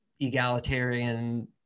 egalitarian